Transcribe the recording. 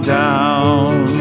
down